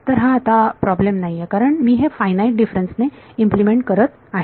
तर हा आता प्रॉब्लेम नाहीये कारण मी हे फायनाईट डिफरन्स ने इम्प्लिमेंट करत आहे